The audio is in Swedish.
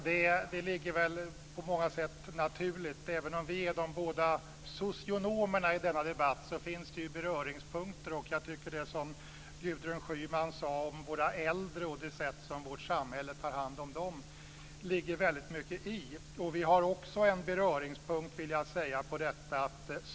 Det är väl på många sätt naturligt, även om vi är de båda socionomerna i denna debatt. Det finns dock beröringspunkter. Jag tycker t.ex. att det ligger väldigt mycket i det som Gudrun Schyman sade om våra äldre och det sätt på vilket vårt samhälle tar hand om dem. Vi har också en beröringspunkt, vill jag säga, i EMU-frågan.